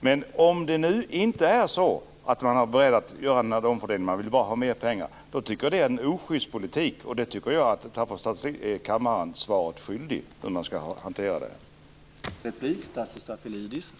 Men om man nu inte är beredd att göra en omfördelning utan bara vill ha mer pengar, tycker jag att det är en oschyst politik. Hur man ska hantera det här tycker jag att Tasso Stafilidis är kammaren svaret skyldig.